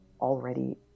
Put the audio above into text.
already